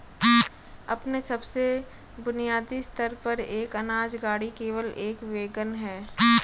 अपने सबसे बुनियादी स्तर पर, एक अनाज गाड़ी केवल एक वैगन है